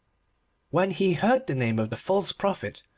when he heard the name of the false prophet,